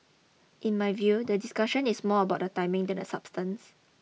in my view the discussion is more about the timing than the substance